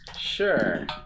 Sure